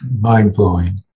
mind-blowing